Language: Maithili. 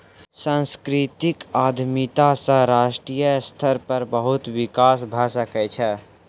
सांस्कृतिक उद्यमिता सॅ राष्ट्रीय स्तर पर बहुत विकास भ सकै छै